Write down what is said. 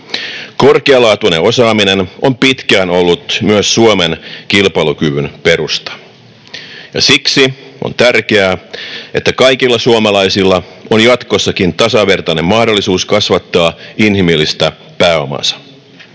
Korkealaatuinen osaaminen on myös pitkään ollut Suomen kilpailukyvyn perusta. Siksi on tärkeää, että kaikilla suomalaisilla on jatkossakin tasavertainen mahdollisuus kasvattaa inhimillistä pääomaansa.